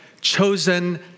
chosen